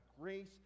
grace